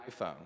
iPhone